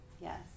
yes